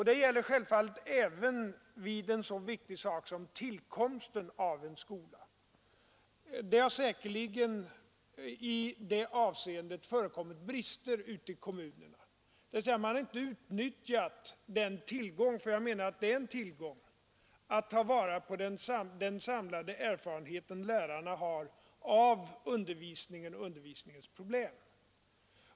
Detta gäller självfallet också i ett så viktigt sammanhang som vid tillkomsten av en skola. Det har säkerligen i det avseendet förekommit brister ute i kommunerna. Man har inte utnyttjat den tillgång det innebär att tillvarata den samlade erfarenhet som lärarna har av undervisningen och dess problem.